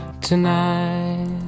tonight